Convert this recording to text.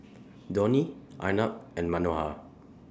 Dhoni Arnab and Manohar